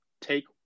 take